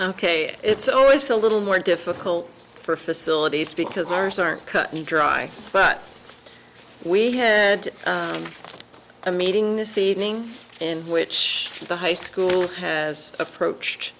ok it's always a little more difficult for facilities because ours aren't cut and dry but we had a meeting this evening in which the high school has approach